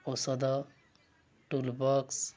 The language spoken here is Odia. ଔଷଧ ଟୁଲ୍ ବକ୍ସ୍